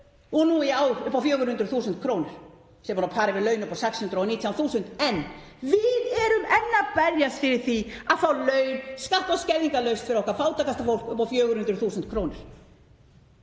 upp í 400.000 kr. sem er á pari við laun upp á 619.000 kr. En við erum enn að berjast fyrir því að fá laun skatta- og skerðingarlaust fyrir okkar fátækasta fólk upp í 400.000 kr.